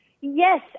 Yes